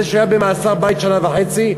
זה שהיה במאסר בית שנה וחצי,